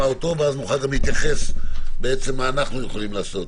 ואז נוכל גם להתייחס ולחשוב מה אנחנו יכולים לעשות.